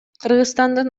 кыргызстандын